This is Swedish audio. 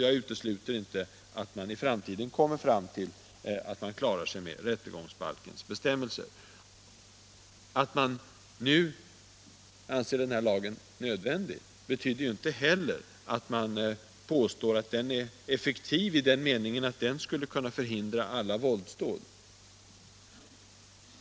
Jag utesluter inte att man i framtiden kommer fram till att man klarar sig med rättegångsbalkens bestämmelser. Att man nu anser lagen nödvändig betyder inte heller att man påstår att den är effektiv i den meningen att den skulle kunna förhindra alla våldsdåd.